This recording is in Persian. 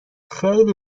خیلی